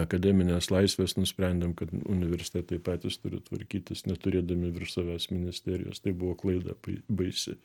akademines laisves nusprendėm kad universitetai patys turi tvarkytis neturėdami virš savęs ministerijos tai buvo klaida baisi